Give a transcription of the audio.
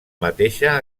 mateixa